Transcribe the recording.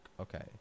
Okay